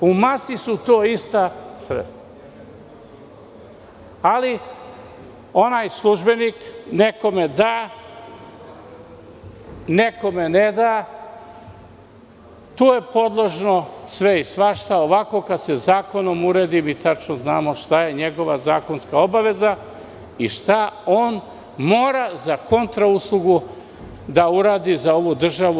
U masi su to ista sredstva, ali onaj službenik nekome da, nekome ne da, to je podložno svemu i svačemu, a ovako kada se zakonom uredi, mi tačno znamo šta je njegova zakonska obaveza i šta on mora za kontra uslugu da uradi za ovu državu.